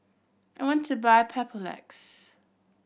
I want to buy Papulex